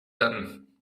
done